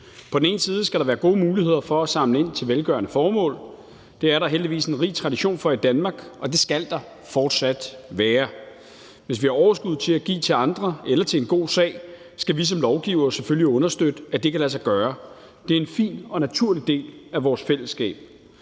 På den ene side skal der være gode muligheder for at samle ind til velgørende formål. Det er der heldigvis en rig tradition for i Danmark, og det skal der fortsat være. Hvis vi har overskud til at give til andre eller til en god sag, skal vi som lovgivere selvfølgelig understøtte, at det kan lade sig gøre. Det er en fin og naturlig del af vores fællesskab.